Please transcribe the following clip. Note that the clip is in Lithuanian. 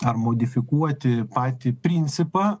ar modifikuoti patį principą